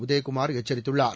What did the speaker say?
உதயகுமார் எச்சரித்துள்ளார்